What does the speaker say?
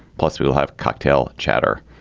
plus we'll have cocktail chatter